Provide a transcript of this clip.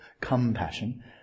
compassion